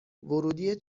ورودی